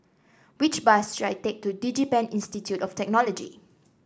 which bus should I take to DigiPen Institute of Technology